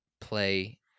play